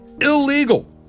illegal